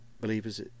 believers